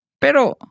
Pero